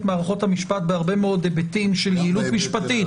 מערכות המשפט בהרבה מאוד היבטים של יעילות משפטית